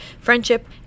friendship